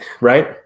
Right